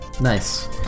Nice